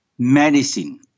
Medicine